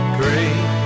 great